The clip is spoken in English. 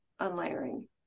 Unlayering